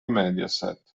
mediaset